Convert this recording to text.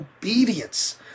obedience